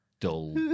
Dull